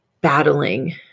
battling